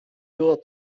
było